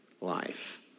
Life